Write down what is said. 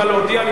נא להודיע לי,